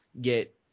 get –